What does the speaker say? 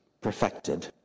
perfected